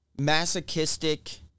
masochistic